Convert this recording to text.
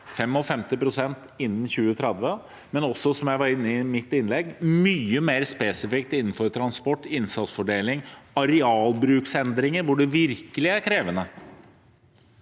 55 pst. innen 2030, men det er også – som jeg var inne på i mitt innlegg – mye mer spesifikt innenfor transport, innsatsfordeling og arealbruksendringer, hvor det virkelig er krevende.